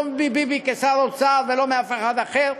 לא מביבי כשר אוצר ולא מאף אחד אחר.